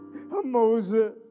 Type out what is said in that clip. Moses